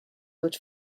which